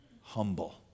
humble